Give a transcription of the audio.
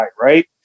right